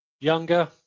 younger